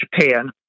Japan